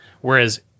Whereas